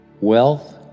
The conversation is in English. Wealth